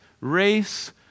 race